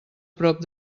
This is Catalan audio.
prop